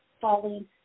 falling